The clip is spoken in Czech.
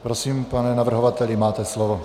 Prosím, pane navrhovateli, máte slovo.